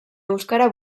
euskara